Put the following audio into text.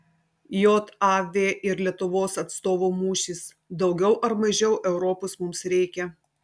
jav ir lietuvos atstovų mūšis daugiau ar mažiau europos mums reikia